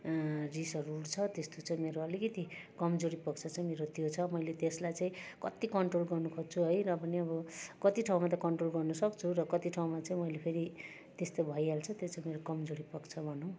रिसहरू उठ्छ त्यस्तो चाहिँ मेरो अलिकति कमजोरी पक्ष चाहिँ त्यो छ मैले त्यसलाई चाहिँ कत्ति कन्ट्रोल गर्नखोज्छु है र पनि अब कति ठाउँमा त कन्ट्रोल गर्नु त सक्छु र कत्ति ठाउँमा चाहिँ मैले फेरि त्यस्तो भइहाल्छ त्यो चाहिँ मेरो कमजोरी पक्ष भनौँ